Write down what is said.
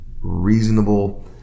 reasonable